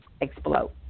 explode